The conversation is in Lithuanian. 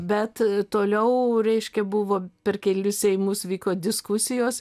bet toliau reiškia buvo per kelis ėjimus vyko diskusijos